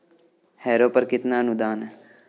Harrow पर कितना अनुदान है?